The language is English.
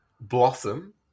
blossom